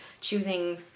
choosing